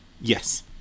Yes